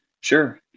sure